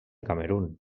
camerun